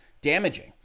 damaging